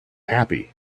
happy